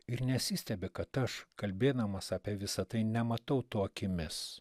ir nesistebia kad aš kalbėdamas apie visa tai nematau to akimis